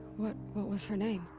what. what was her name?